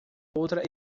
outra